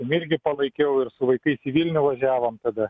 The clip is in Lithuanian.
nu irgi palaikiau ir su vaikais į vilnių važiavom tada